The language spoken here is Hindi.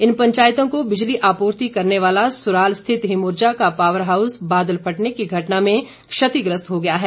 इन पंचायतों को बिजली अपूर्ति करने वाला सुराल स्थित हिमऊर्जा का पॉवर हाउस बादल फटने की घटना में क्षतिग्रस्त हो गया है